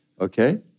Okay